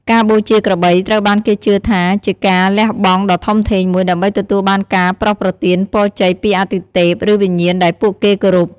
ការបូជាក្របីត្រូវបានគេជឿថាជាការលះបង់ដ៏ធំធេងមួយ ដើម្បីទទួលបានការប្រោសប្រទានពរជ័យពីអាទិទេព ឬវិញ្ញាណដែលពួកគេគោរព។